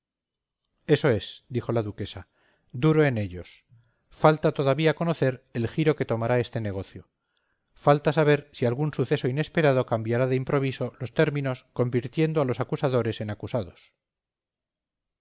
eso es dijo la duquesa duro en ellos falta todavía conocer el giro que tomará este negocio falta saber si algún suceso inesperado cambiará de improviso los términos convirtiendo a los acusadores en acusados